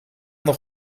nog